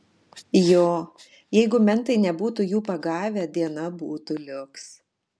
jo jeigu mentai nebūtų jų pagavę diena būtų liuks